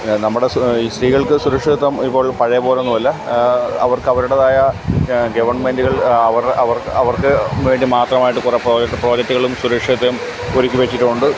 നമ്മുടെ ഈ സ്ത്രീകൾക്ക് സുരക്ഷിതത്വം ഇപ്പോൾ പഴയപോലെയൊന്നുമല്ല അവർക്ക് അവരുടെതായ ഗവൺമെൻ്റുകൾ അവർ അവർക്ക് അവർക്കുവേണ്ടി മാത്രമായിട്ട് കുറേ പ്രോജക്ടുകളും സുരക്ഷിതത്വം ഒരുക്കി വെച്ചിട്ടും ഉണ്ട്